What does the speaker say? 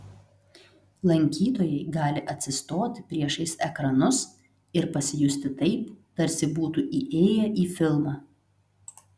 lankytojai gali atsistoti priešais ekranus ir pasijusti taip tarsi būtų įėję į filmą